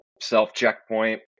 self-checkpoint